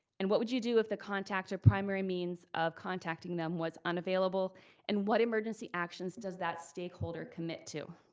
and what would you do if the contact, or primary means of contacting them was unavailable and what emergency actions does that stakeholder commit to?